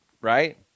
right